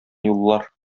юллар